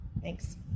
Thanks